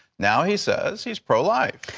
now he says he's pro-life.